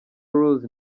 rose